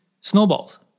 snowballs